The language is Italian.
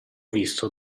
visto